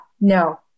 no